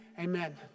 Amen